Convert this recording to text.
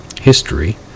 history